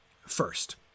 First